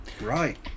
Right